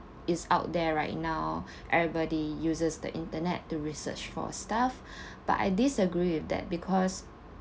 it's out there right now everybody uses the internet to research for stuff but I disagree with that because